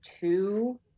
two